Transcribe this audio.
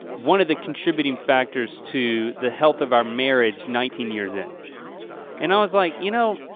one of the contributing factors to the health of our marriage nineteen years in and i was like, you know,